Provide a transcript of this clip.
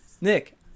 Nick